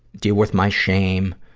deal with my shame,